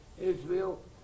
Israel